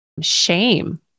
shame